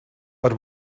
but